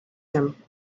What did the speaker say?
him